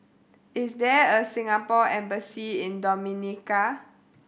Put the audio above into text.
is there a Singapore Embassy in Dominica